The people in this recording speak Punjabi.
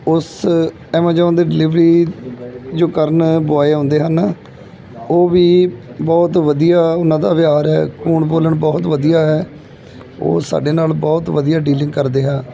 ਉਸ ਐਮਾਜੌਨ ਦੇ ਡਿਲੀਵਰੀ ਜੋ ਕਰਨ ਬੋਆਏ ਆਉਂਦੇ ਹਨ ਉਹ ਵੀ ਬਹੁਤ ਵਧੀਆ ਉਹਨਾਂ ਦਾ ਵਿਹਾਰ ਹੈ ਬੋਲਣ ਬਹੁਤ ਵਧੀਆ ਹੈ ਉਹ ਸਾਡੇ ਨਾਲ ਬਹੁਤ ਵਧੀਆ ਡੀਲਿੰਗ ਕਰਦੇ ਆ